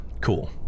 cool